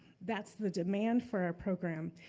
that's the demand for our program.